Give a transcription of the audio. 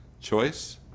choice